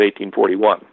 1841